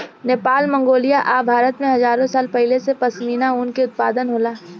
Nepal, Mongolia आ भारत में हजारो साल पहिले से पश्मीना ऊन के उत्पादन होला